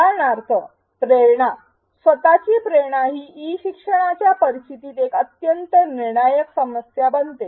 उदाहरणार्थ प्रेरणा स्वत ची प्रेरणा ई शिक्षणाच्या परिस्थितीत एक अत्यंत निर्णायक समस्या बनते